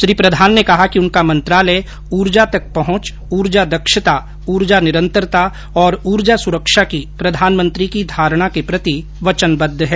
श्री प्रधान ने कहा कि उनका मंत्रालय ऊर्जा तक पहुंच ऊर्जा दक्षता ऊर्जा निरंतरता और ऊर्जा ंसुरक्षा की प्रधानमंत्री की धारणा के प्रति वचनबद्व है